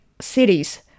cities